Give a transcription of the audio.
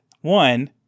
one